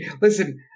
Listen